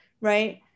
right